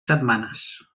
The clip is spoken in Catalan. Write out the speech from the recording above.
setmanes